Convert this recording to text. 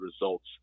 results